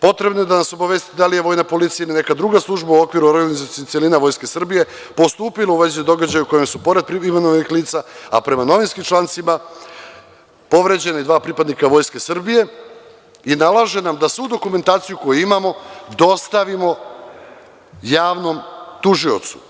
Potrebno je da nas obavestite da li je vojna policija ili neka druga služba u okviru organizacione celine Vojska Srbije postupila u vezi događaja koji su privilegovanih lica, a prema novinskim člancima povređena dva pripadnika Vojske Srbije i nalaže nam da svu dokumentaciju koju imamo dostavimo javnom tužiocu.